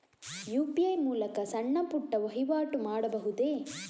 UPI ಮೂಲಕ ಸಣ್ಣ ಪುಟ್ಟ ವಹಿವಾಟು ಮಾಡಬಹುದೇ?